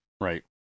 Right